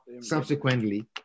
subsequently